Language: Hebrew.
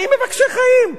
אני מבקשי חיים".